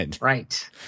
Right